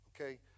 Okay